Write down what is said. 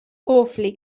awfully